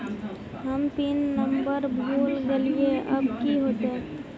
हम pin number भूल गलिऐ अब की होते?